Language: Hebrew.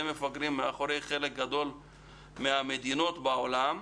מפגרים אחרי חלק גדול מהמדינות בעולם.